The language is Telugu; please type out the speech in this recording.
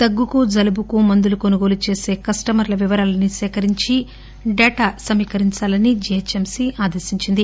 దగ్గుకు జలుటుకు మందులు కొనుగోలు చేసే కస్టమర్ల వివరాలన్స్ సేకరించి డాటా సమీకరించాలని జీహెచ్ ఎంసీ ఆదేశించింది